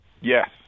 Yes